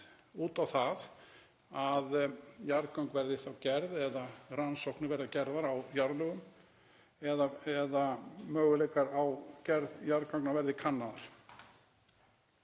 út á það að jarðgöng verði gerð eða rannsóknir verði gerðar á jarðlögum eða að möguleikar á gerð jarðganga verði kannaðir.